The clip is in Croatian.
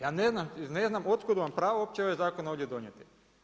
Ja ne znam od kud vam pravo uopće ovaj zakon ovdje donijeti?